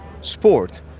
sport